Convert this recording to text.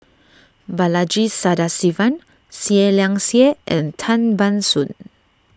Balaji Sadasivan Seah Liang Seah and Tan Ban Soon